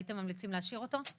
הייתם ממליצים להשאיר אותו?